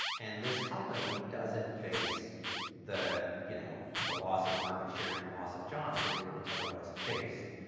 and this company doesn't face the you know the loss of market share, and the loss of jobs that it would have otherwise faced,